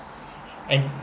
and